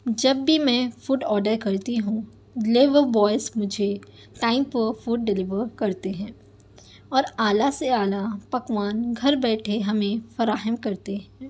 جب بھی میں فوڈ آڈر کر تی ہوں ڈلیور بوائز مجھے ٹائم پر فوڈ ڈلیور کر تے ہیں اور اعلیٰ سے اعلیٰ پکوان گھر بیٹھے ہمیں فراہم کرتے ہیں